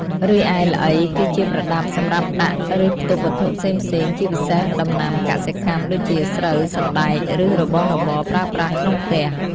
រីឯ ល្អី គឺជាប្រដាប់សម្រាប់ដាក់ ឬផ្ទុកវត្ថុផ្សេងៗ ជាពិសេសដំណាំកសិកម្ម ដូចជាស្រូវ សណ្ដែក ឬរបស់របរប្រើប្រាស់ក្នុងផ្ទះ។